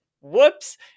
whoops